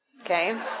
okay